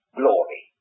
glory